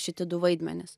šiti du vaidmenys